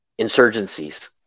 insurgencies